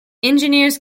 engineers